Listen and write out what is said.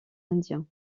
indiens